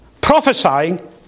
prophesying